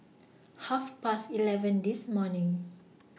Half Past eleven This morning